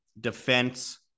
defense